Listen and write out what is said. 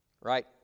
Right